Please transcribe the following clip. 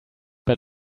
but